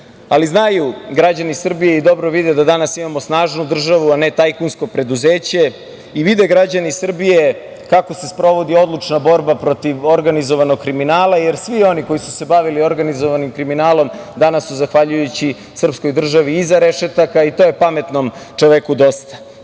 godine. Znaju građani Srbije i dobro vide da danas imamo snažnu državu, a ne tajkunsko preduzeće. Vide građani Srbije kako se sprovodi odlučna borba protiv organizovanog kriminala, jer svi oni koji su se bavili organizovanim kriminalom danas su, zahvaljujući državi, iza rešetaka i to je pametnom čoveku dosta. Mi